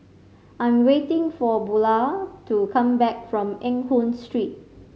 I am waiting for Bulah to come back from Eng Hoon Street